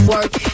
Work